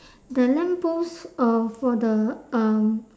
the lamp post um for the um